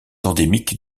endémique